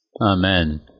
Amen